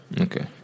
Okay